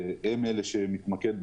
כאלו שפחות.